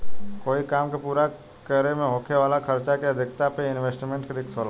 कोई काम के पूरा करे में होखे वाला खर्चा के अधिकता भी इन्वेस्टमेंट रिस्क होला